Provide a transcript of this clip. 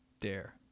Dare